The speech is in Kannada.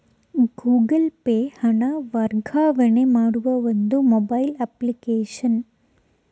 ಗೂಗಲ್ ಪೇ ಹಣ ವರ್ಗಾವಣೆ ಮಾಡುವ ಒಂದು ಮೊಬೈಲ್ ಅಪ್ಲಿಕೇಶನ್